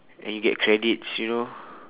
and you get credits you know